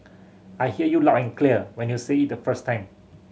I hear you loud and clear when you said it the first time